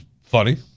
funny